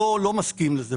לא מסכים לזה.